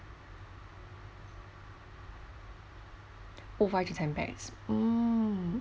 oh five to ten pax hmm